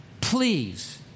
please